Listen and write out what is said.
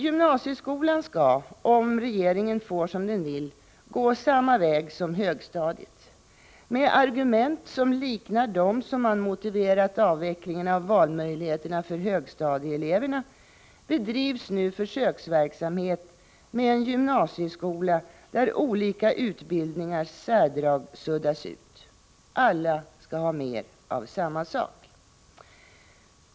Gymnasieskolan skall — om regeringen får som den vill — gå samma väg som högstadiet. Med argument som liknar dem som man motiverat avvecklingen av valmöjligheterna för högstadieeleverna med bedrivs nu försöksverksamhet med en gymnasieskola, där olika utbildningars särdrag suddas ut. Alla skall ha mer av samma sak.